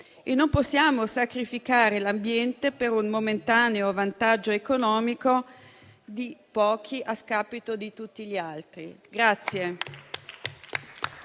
e non possiamo sacrificare l'ambiente per un momentaneo vantaggio economico di pochi a scapito di tutti gli altri.